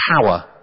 power